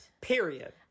Period